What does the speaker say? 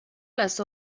las